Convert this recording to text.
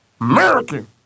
American